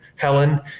Helen